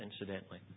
incidentally